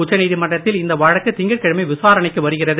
உச்ச நீதிமன்றத்தில் இந்த வழக்கு திங்கட்கிழமை விசாரணைக்கு வருகிறது